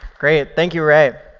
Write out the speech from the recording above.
great. thank you, rae.